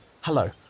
Hello